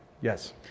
Yes